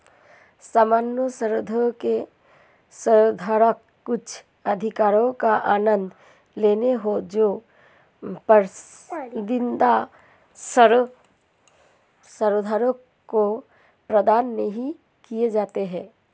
सामान्य शेयरों के शेयरधारक कुछ अधिकारों का आनंद लेते हैं जो पसंदीदा शेयरधारकों को प्रदान नहीं किए जाते हैं